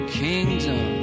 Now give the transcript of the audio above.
kingdom